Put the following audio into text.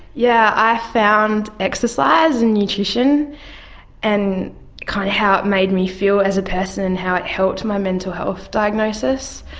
yeah, i found exercise and nutrition and kind of how it made me feel as a person and how it helped my mental health diagnosis,